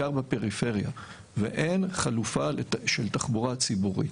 בעיקר בפריפריה ואין תחלופה של תחבורה ציבורית.